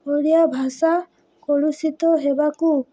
ଓଡ଼ିଆ ଭାଷା କଳୁଷିତ ହେବାକୁ